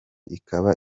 ikaba